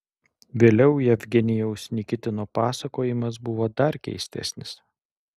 vėliau jevgenijaus nikitino pasakojimas buvo dar keistesnis